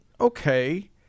okay